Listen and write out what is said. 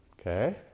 okay